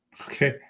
Okay